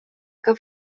que